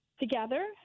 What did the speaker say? together